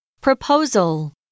Proposal